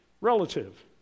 relative